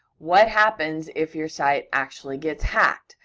what happens if your site actually gets hacked?